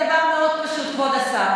אני רומזת דבר מאוד פשוט, כבוד השר.